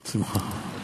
בשמחה.